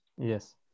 Yes